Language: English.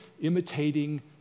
imitating